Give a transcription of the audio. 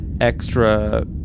extra